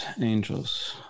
Angels